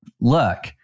look